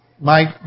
Mike